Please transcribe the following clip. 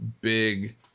big